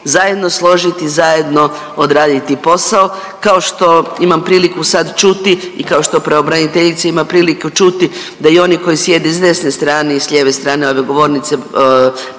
zajedno složiti, zajedno odraditi posao, kao što imam priliku sad čuti i kao što pravobraniteljica ima priliku čuti, da i oni koji sjede s desne strane i s lijeve strane ove govornice,